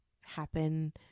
happen